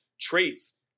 traits